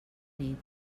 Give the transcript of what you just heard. nit